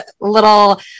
little